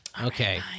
Okay